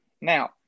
now